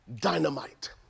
dynamite